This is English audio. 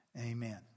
Amen